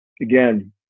again